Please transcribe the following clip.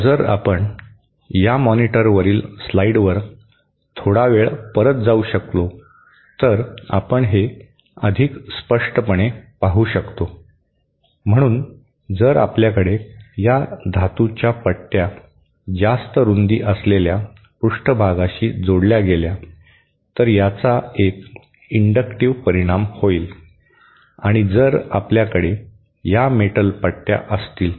आता जर आपण या मॉनिटरवरील स्लाइडवर थोडा वेळ परत जाऊ शकतो तर आपण हे अधिक स्पष्टपणे पाहु शकतो म्हणून जर आपल्याकडे या धातूच्या पट्ट्या जास्त रुंदी असलेल्या पृष्ठभागाशी जोडल्या गेल्या तर याचा एक इंडक्टिव्ह परिणाम होईल आणि जर आपल्याकडे या मेटल पट्ट्या असतील